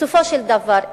בסופו של דבר,